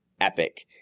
epic